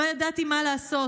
לא ידעתי מה לעשות.